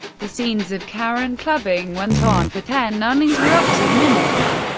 the scenes of karen clubbing went on for ten uninterrupted minutes.